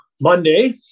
Monday